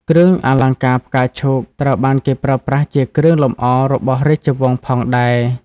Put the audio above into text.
គ្រឿងអលង្ការផ្កាឈូកត្រូវបានគេប្រើប្រាស់ជាគ្រឿងលម្អរបស់រាជវង្សផងដែរ។